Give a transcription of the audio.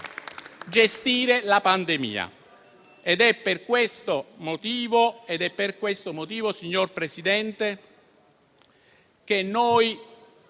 gestire la pandemia. È per questo motivo, signor Presidente, che noi